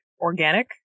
organic